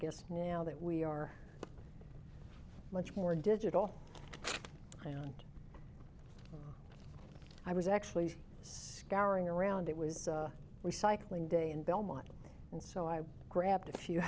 guess now that we are much more digital i found i was actually is carrying around it was recycling day in belmont and so i grabbed a few